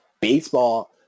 baseball